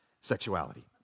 sexuality